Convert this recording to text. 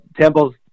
Temple's